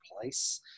place